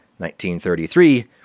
1933